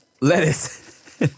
Lettuce